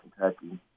Kentucky